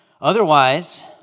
Otherwise